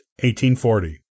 1840